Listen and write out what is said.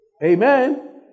Amen